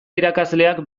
irakasleak